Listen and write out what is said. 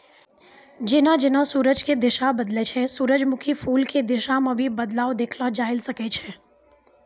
जेना जेना सूरज के दिशा बदलै छै सूरजमुखी फूल के दिशा मॅ भी बदलाव देखलो जाय ल सकै छै